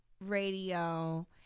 radio